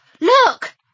look